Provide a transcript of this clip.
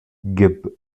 geb